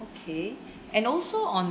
okay and also on